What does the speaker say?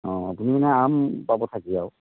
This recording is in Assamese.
অঁ আপুনি মানে আৰাম পাব থাকি আৰু